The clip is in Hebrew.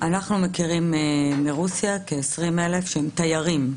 מכירים מרוסיה כ-20,000 שהם תיירים,